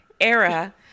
era